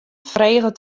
freget